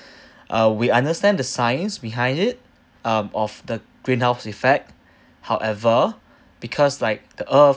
uh we understand the science behind it um of the greenhouse effect however because like the earth